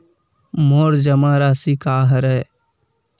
मोर जमा राशि का हरय?